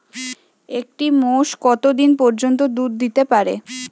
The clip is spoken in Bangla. একটি মোষ কত দিন পর্যন্ত দুধ দিতে পারে?